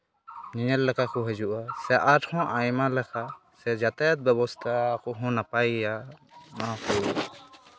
ᱧᱮᱧᱮᱞ ᱞᱮᱠᱟ ᱠᱚ ᱦᱤᱡᱩᱜᱼᱟ ᱥᱮ ᱟᱨᱦᱚᱸ ᱟᱭᱢᱟ ᱞᱮᱠᱟ ᱥᱮ ᱡᱟᱛᱟᱭᱟᱛ ᱵᱮᱵᱚᱥᱛᱷᱟ ᱠᱚᱦᱚᱸ ᱱᱟᱯᱟᱭ ᱜᱮᱭᱟ ᱚᱱᱟ ᱠᱚ